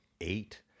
eight